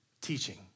Teaching